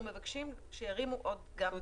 אנחנו מבקשים שירימו גם טלפון.